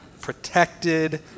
protected